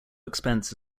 expense